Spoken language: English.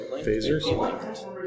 Phasers